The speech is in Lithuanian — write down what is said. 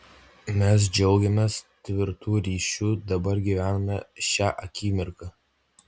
mes džiaugiamės tvirtu ryšiu dabar gyvename šia akimirka